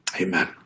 Amen